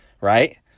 right